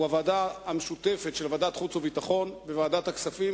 הוא הוועדה המשותפת של ועדת החוץ והביטחון וועדת הכספים,